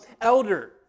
elder